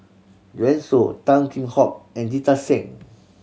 Joanne Soo Tan Kheam Hock and Jita Singh